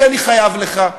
כי אני חייב לך,